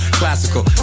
classical